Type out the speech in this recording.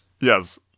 Yes